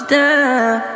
down